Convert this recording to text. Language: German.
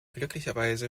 glücklicherweise